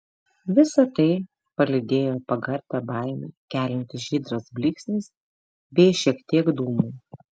visa tai palydėjo pagarbią baimę keliantis žydras blyksnis bei šiek tiek dūmų